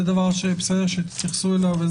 זה דבר שתתייחסו אליו,